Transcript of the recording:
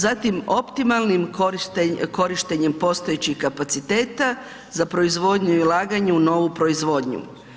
Zatim optimalnim korištenjem postojećih kapaciteta za proizvodnju i ulaganje u novu proizvodnju.